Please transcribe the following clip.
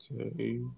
Okay